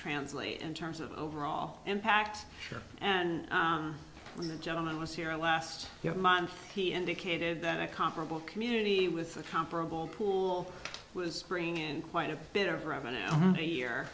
translate in terms of overall impact and when the gentleman was here last month he indicated that a comparable community with a comparable pool was bringing in quite a bit of room in a year